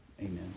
amen